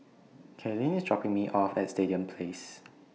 Cailyn IS dropping Me off At Stadium Place